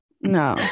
no